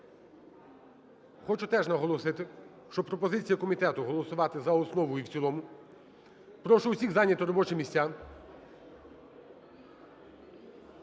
хочу теж наголосити, що пропозиція комітету - голосувати за основу і в цілому. Прошу усіх зайняти робочі місця.